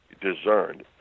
discerned